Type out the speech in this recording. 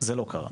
וזה לא קרה.